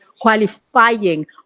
qualifying